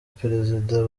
perezida